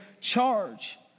charge